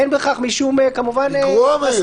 אין בכך משום כמובן --- לגרוע מזה.